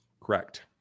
Correct